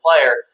player